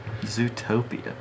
Zootopia